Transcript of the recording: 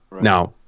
Now